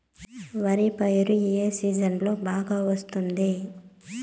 వరి పైరు ఏ సీజన్లలో బాగా వస్తుంది